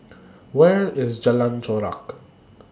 Where IS Jalan Chorak